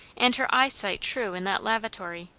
and her eyesight true in that lavatory!